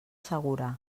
segura